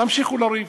תמשיכו לריב.